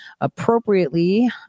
appropriately